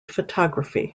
photography